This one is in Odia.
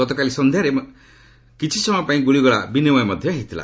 ଗତକାଲି ସନ୍ଧ୍ୟାରେ କିଛି ସମୟ ପାଇଁ ଗ୍ରଳିଗୋଳା ବିନିମୟ ହୋଇଥିଲା